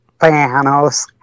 Thanos